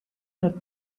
not